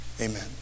amen